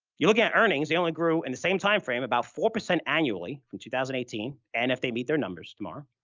you're looking at earnings, they only grew in the same timeframe about four percent annually from two thousand and eighteen and if they beat their numbers tomorrow,